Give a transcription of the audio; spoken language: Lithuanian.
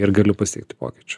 ir galiu pasiekti pokyčių